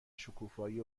شکوفایی